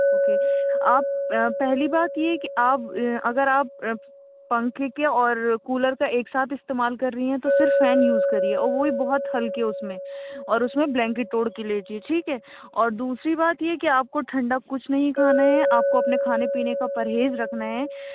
okay آپ پہلی بات یہ ہے کہ آپ اگر آپ پنکھے کے اور کولر کا ایک ساتھ استعمال کر رہی ہیں تو صرف فین یوز کریے اور وہ بھی بہت ہلکے اُس میں اور اُس میں بلینکٹ اوڑھ کے لیٹیے ٹھیک ہے اور دوسری بات یہ کہ آپ کو ٹھنڈا کچھ نہیں کھانا ہے آپ کو اپنے کھانے پینے کا پرہیز رکھنا ہے